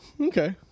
okay